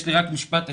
יש לי רק משפט אחד.